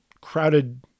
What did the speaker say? crowded